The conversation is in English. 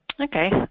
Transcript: Okay